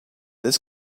this